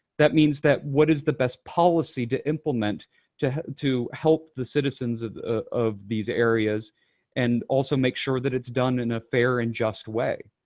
that means that what is the best policy to implement to to help the citizens of these areas and also make sure that it's done in a fair and just way.